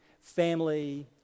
family